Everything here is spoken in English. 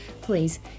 please